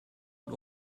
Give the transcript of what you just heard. und